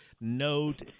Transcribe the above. Note